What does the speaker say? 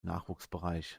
nachwuchsbereich